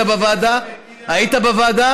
אני חושב